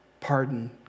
pardon